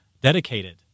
dedicated